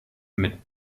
mit